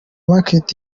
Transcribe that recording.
market